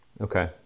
Okay